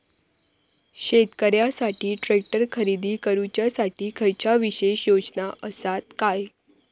शेतकऱ्यांकसाठी ट्रॅक्टर खरेदी करुच्या साठी खयच्या विशेष योजना असात काय?